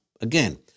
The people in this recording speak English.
again